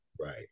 Right